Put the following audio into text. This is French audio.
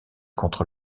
contre